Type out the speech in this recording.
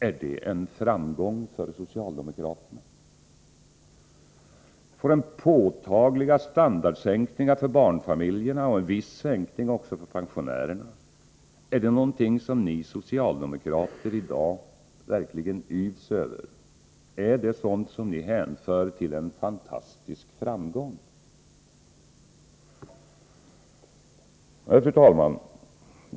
Är det en framgång för socialdemokraterna? Det blir påtagliga standardsänkningar för barnfamiljerna och en viss sänkning också för pensionärerna. Är det någonting som ni socialdemokrater i dag verkligen yvs över? Är det sådant som ni hänför till en fantastisk framgång? Fru talman!